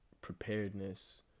preparedness